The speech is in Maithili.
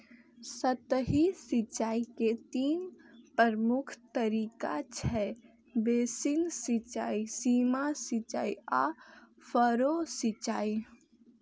सतही सिंचाइ के तीन प्रमुख तरीका छै, बेसिन सिंचाइ, सीमा सिंचाइ आ फरो सिंचाइ